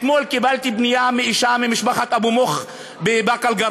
אתמול קיבלתי פנייה מאישה ממשפחת אבו מוך בבאקה-אל-ע'רביה.